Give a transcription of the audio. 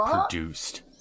produced